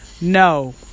no